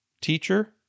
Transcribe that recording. Teacher